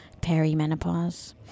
perimenopause